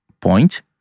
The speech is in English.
point